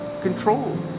control